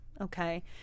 okay